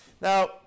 Now